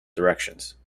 directions